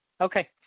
Okay